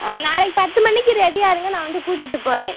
ஆ நாளைக்கு பத்து மணிக்கு ரெடியாக இருங்கள் நான் வந்து கூட்டிகிட்டு போகறேன்